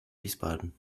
wiesbaden